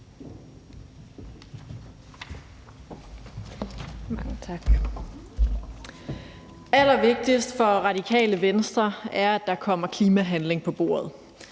Allervigtigst for Radikale Venstre er, at der kommer klimahandling på bordet